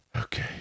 Okay